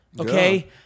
okay